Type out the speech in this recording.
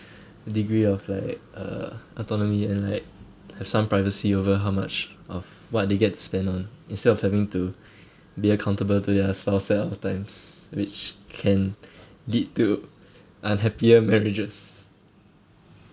degree of like uh autonomy and like have some privacy over how much of what they get to spend on instead of having to be accountable to their spouse all the times which can lead to unhappier marriages